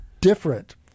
different